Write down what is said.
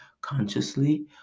consciously